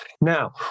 Now